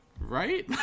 Right